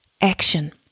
action